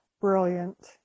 brilliant